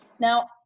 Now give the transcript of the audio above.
Now